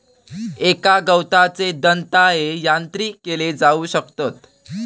एका गवताचे दंताळे यांत्रिक केले जाऊ शकतत